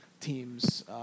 Teams